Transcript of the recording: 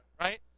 right